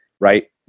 right